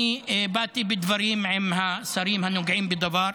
אני באתי בדברים עם השרים הנוגעים בדבר,